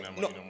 No